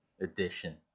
edition